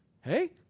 hey